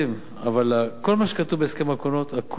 אבל כל מה שכתוב בהסכם העקרונות, הכול יקוים.